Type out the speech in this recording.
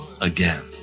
again